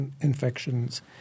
infections